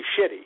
shitty